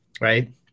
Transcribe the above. Right